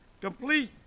complete